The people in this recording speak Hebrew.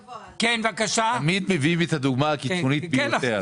תמיד מביאים את הדוגמה הקיצונית ביותר.